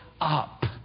up